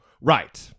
Right